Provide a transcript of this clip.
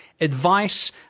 advice